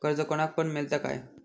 कर्ज कोणाक पण मेलता काय?